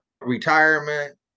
retirement